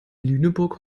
lüneburg